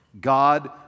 God